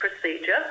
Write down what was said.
procedure